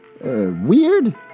weird